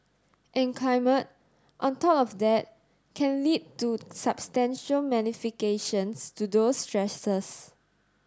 in climate on top of that can lead to substantial magnifications to those stresses